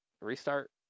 restart